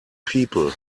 people